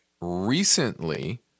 recently